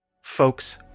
Folks